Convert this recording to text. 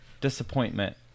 disappointment